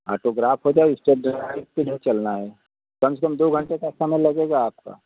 autograph हो जाए estate drive के लिए चलना है कम से कम दो घंटे का समय लगेगा आपका